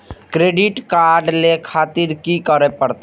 Credit card ले खातिर की करें परतें?